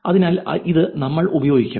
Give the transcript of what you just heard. അതിനാൽ ഇത് നമ്മൾ ഉപയോഗിക്കും